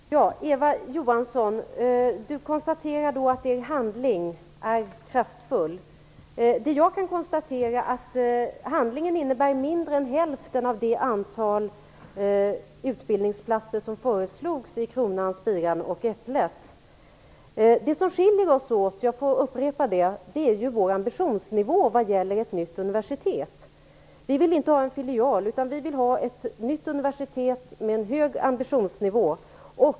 Fru talman! Eva Johansson säger att hennes handling är kraftfull. Det jag kan konstatera är att handlingen innebär mindre än hälften av det antal utbildningsplatser som föreslogs i "Kronan Spiran Äpplet". Det som skiljer oss åt är vår ambitionsnivå vad gäller ett nytt universitet. Vi moderater vill inte ha en filial, utan vi vill ha ett nytt universitet med en hög ambitionsnivå.